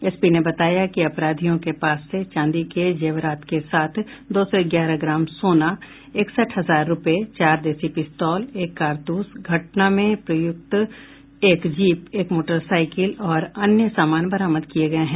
SP ने बताया कि अपराधियों के पास से चांदी के जेवरात के साथ दो सौ ग्यारह ग्राम सोना इकसठ हजार रुपये चार देसी पिस्तौल एक कारतूस घटना में प्रयुक्त एक जीप एक मोटरसाईकिल और अन्य सामान बरामद किये गये हैं